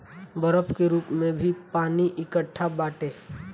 बरफ के रूप में भी पानी एकट्ठा बाटे